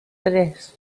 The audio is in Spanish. tres